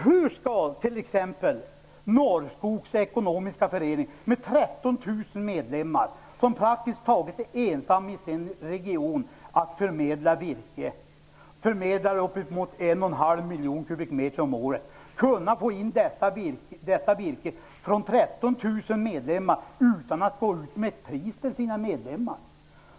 Hur skall t.ex. Norrskogs ekonomiska förening, med 13 000 medlemmar, som praktiskt taget är ensam i sin region om att förmedla virke och förmedlar uppemot 1 1/2 miljon kubikmeter om året, kunna få in detta virke från 13 000 medlemmar utan att gå ut med ett pris till dem?